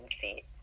feet